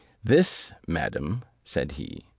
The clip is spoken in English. this, madam, said he,